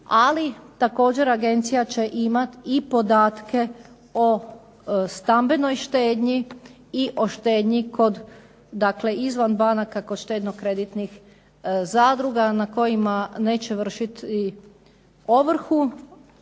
ali također agencija će imati i podatke o stambenoj štednji i o štednji kod dakle izvan banaka kod štednokreditnih zadruga, na kojima neće vršiti i ovrhu,